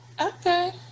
Okay